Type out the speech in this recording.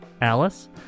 alice